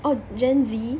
oh gen Z